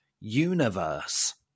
universe